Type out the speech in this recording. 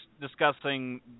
discussing